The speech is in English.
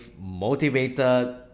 motivated